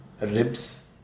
ribs